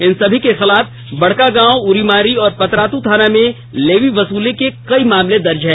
इन सभी के खिलाफ बड़कागांव उरीमारी और पतरातू थाना में लेवी वसूली के कई मामले दर्ज हैं